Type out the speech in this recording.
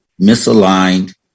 misaligned